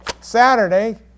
Saturday